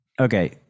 okay